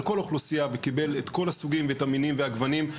כל האוכלוסייה וקיבל את כל הסוגים והמינים והגוונים,